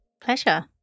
Pleasure